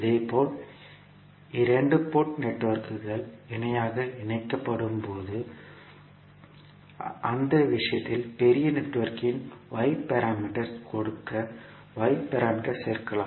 இதேபோல் இரண்டு போர்ட் நெட்வொர்க்குகள் இணையாக இணைக்கப்படும்போது அந்த விஷயத்தில் பெரிய நெட்வொர்க்கின் y பாராமீட்டர்ஸ் ஐ கொடுக்க y பாராமீட்டர்ஸ் சேர்க்கலாம்